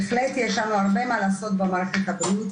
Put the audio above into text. בהחלט יש לנו הרבה מה לעשות במערכת הבריאות,